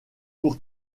pour